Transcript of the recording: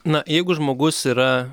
na jeigu žmogus yra